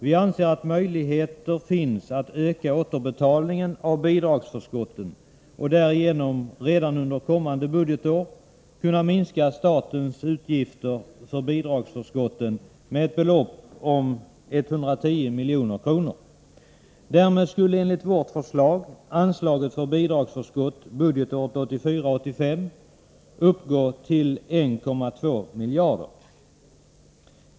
Vi anser att möjligheter finns att öka återbetalningen av bidragsförskotten och därigenom redan under kommande budgetår minska statens utgifter för bidragsförskotten med ett belopp om 110 milj.kr. Därmed skulle enligt vårt förslag anslaget till bidragsförskott budgetåret 1984/85 uppgå till 1,2 miljarder.